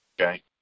Okay